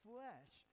Flesh